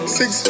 six